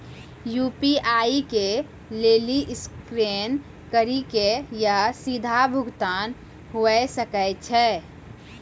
UPI के लेली scan करि के या सीधा भुगतान हुये सकै छै